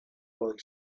boy